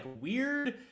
weird